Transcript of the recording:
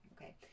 Okay